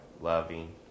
loving